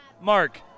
Mark